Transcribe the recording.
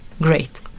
great